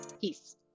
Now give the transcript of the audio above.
Peace